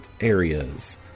areas